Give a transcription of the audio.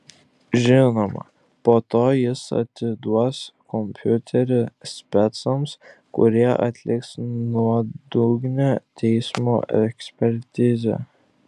žinoma po to jis atiduos kompiuterį specams kurie atliks nuodugnią teismo ekspertizę